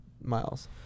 miles